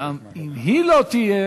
ואם גם היא לא תהיה,